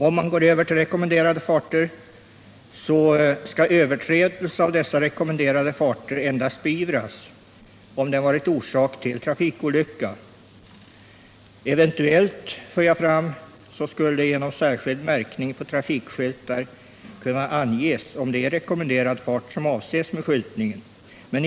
Om man går över till rekommenderade farter, skulle överträdelser av dessa beivras endast om de varit orsak till trafikolycka. Eventuellt skulle genom särskild märkning på trafikskyltar kunna anges om det är rekommenderad fart som avses med skyltningen.